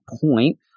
point